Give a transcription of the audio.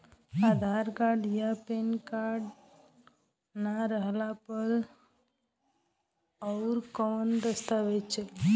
आधार card आ PAN card ना रहला पर अउरकवन दस्तावेज चली?